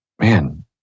Man